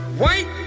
White